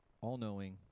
all-knowing